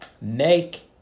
make